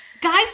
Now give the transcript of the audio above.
Guys